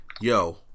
yo